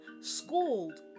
schooled